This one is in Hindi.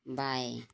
बाएँ